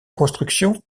construction